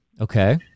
Okay